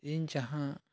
ᱤᱧ ᱡᱟᱦᱟᱸ